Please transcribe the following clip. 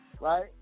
right